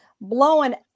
blowing